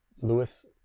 Lewis